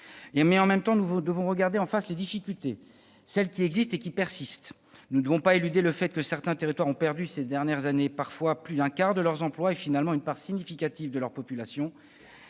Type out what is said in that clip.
Mais en même temps nous devons regarder en face les difficultés qui existent et persistent. Nous ne devons pas éluder le fait que certains territoires ont perdu ces dernières années parfois plus d'un quart de leurs emplois et finalement une part significative de leur population,